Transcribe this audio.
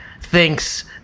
thinks